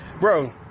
Bro